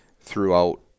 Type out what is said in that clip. throughout